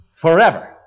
forever